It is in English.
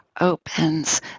opens